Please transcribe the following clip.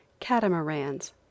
catamarans